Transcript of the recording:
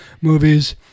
movies